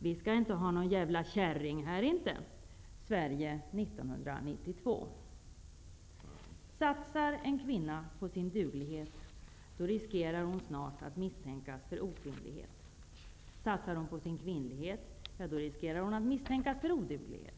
''Vi ska inte ha någon djävla kärring här inte!'' -- uttalat i Sverige 1992. Satsar en kvinna på sin duglighet riskerar hon snart att misstänkas för okvinnlighet. Satsar hon på sin kvinnlighet riskerar hon att misstänkas för oduglighet.